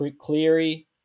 Cleary